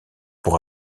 pour